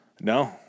No